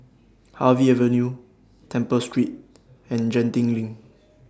Harvey Avenue Temple Street and Genting LINK